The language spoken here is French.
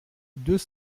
deux